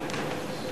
במוסדות מסוימים (תיקון מס' 7),